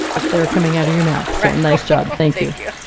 but they're coming out of your mouth, so nice job. thank thank you.